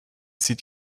sieht